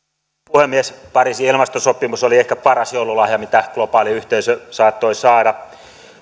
puhemies pariisin ilmastosopimus oli ehkä paras joululahja mitä globaali yhteisö saattoi saada